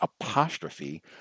apostrophe